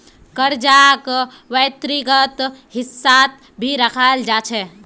कर्जाक व्यक्तिगत हिस्सात भी रखाल जा छे